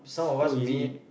so is it you